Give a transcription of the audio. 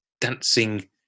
dancing